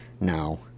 No